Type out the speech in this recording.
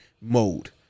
mode